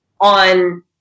on